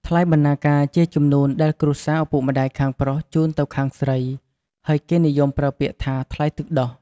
ថ្លៃបណ្ណាការជាជំនូនដែលគ្រួសារឪពុកម្ដាយខាងប្រុសជូនទៅខាងស្រី ហើយគេនិយមប្រើពាក្យថា«ថ្លៃទឹកដោះ»។